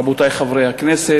רבותי חברי הכנסת,